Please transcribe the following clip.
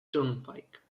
turnpike